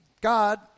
God